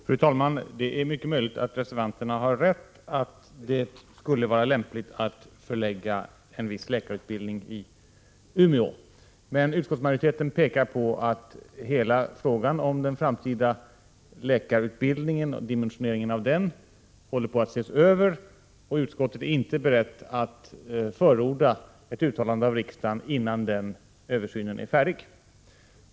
Fru talman! Det är mycket möjligt att reservanterna har rätt i att det skulle vara lämpligt att förlägga en viss läkarutbildning till Umeå. Men utskottsmajoriteten pekar på att frågan om den framtida läkarutbildningens lokalisering och dimensionering håller på att ses över, och vi är inte beredda att förorda ett uttalande av riksdagen, innan denna översyn är färdig.